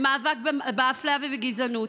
למאבק באפליה ובגזענות.